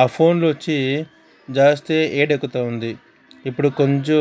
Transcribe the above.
ఆ ఫోన్లు వచ్చి జాస్తి వేడెక్కుతూ ఉంది ఇప్పుడు కొంచెం